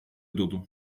dolu